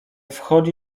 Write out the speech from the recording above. wchodzi